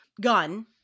gun